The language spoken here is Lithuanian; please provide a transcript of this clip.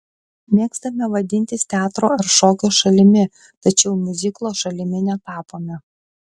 mėgstame vadintis teatro ar šokio šalimi tačiau miuziklo šalimi netapome